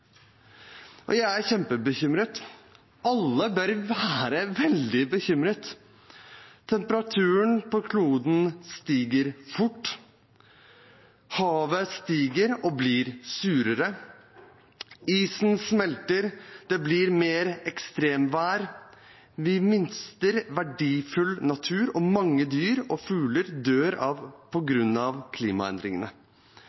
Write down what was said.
kjempebekymret, alle bør være veldig bekymret. Temperaturen på kloden stiger fort, havet stiger og blir surere, isen smelter, det blir mer ekstremvær, vi mister verdifull natur, og mange dyr og fugler dør på grunn av